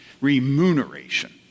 remuneration